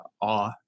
awe